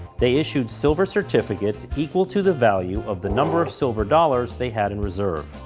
they issued silver certificates equal to the value of the number of silver dollars they had in reserve.